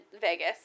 Vegas